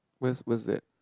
when's when's that